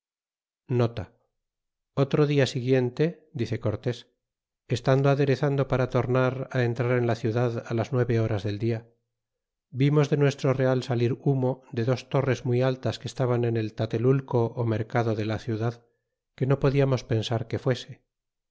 reotro dia siguiente dice cocida estando adereszando para tornar entrar en la ciudad si las nueve horas del dia vimos de nuestro real salir hamo de dos torres muy altas que esta ban en el tateluico ó mercado de la ciudad que n podiarnos o pensar que fuese